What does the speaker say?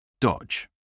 Dodge